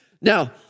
Now